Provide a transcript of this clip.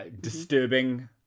disturbing